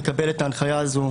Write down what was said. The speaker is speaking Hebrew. הוא מקבל את ההנחיה הזאת,